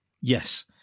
Yes